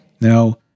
Now